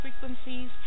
frequencies